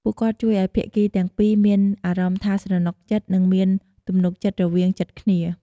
ពួកគាត់ជួយឱ្យភាគីទាំងពីរមានអារម្មណ៍ថាស្រណុកចិត្ត និងមានទំនុកចិត្តរវាងចិត្តគ្នា។